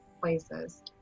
places